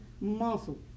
muscle